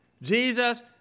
Jesus